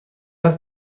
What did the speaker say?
است